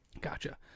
gotcha